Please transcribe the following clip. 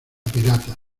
piratas